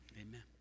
Amen